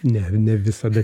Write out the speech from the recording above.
ne ne visada